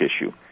issue